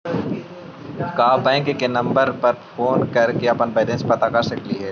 का बैंक के नंबर पर फोन कर के अपन बैलेंस पता कर सकली हे?